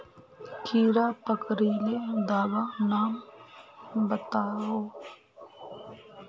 कीड़ा पकरिले दाबा नाम बाताउ?